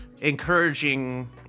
encouraging